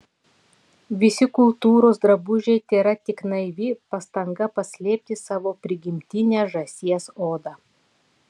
visi kultūros drabužiai tėra tik naivi pastanga paslėpti savo prigimtinę žąsies odą